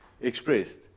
Expressed